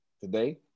today